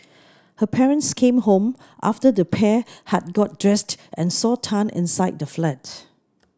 her parents came home after the pair had got dressed and saw Tan inside the flat